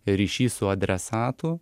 ryšys su adresatu